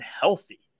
healthy